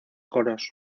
coros